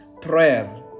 prayer